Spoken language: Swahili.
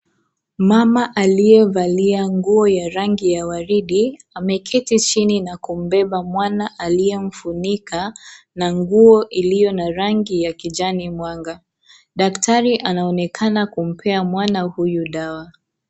Mama aliyevalia nguo ya rangi ya waridi, ameketi chini na kumbeba mwana aliyemfunika na nguo iliyo na rangi ya kijani mwanga. Daktari anaonekana kumpea mwana huyu dawa.